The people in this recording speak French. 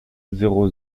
zéro